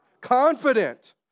Confident